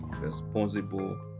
responsible